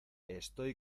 estoy